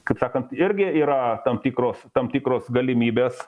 kaip sakant irgi yra tam tikros tam tikros galimybės